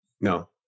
no